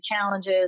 challenges